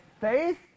faith